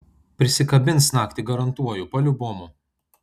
prisikabins naktį garantuoju paliubomu